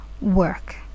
work